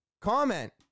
comment